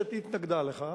והכנסת התנגדה לכך,